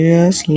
Yes